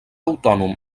autònom